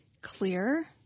clear